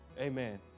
Amen